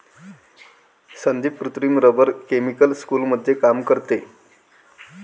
संदीप कृत्रिम rubber chemical स्कूलमध्ये काम करते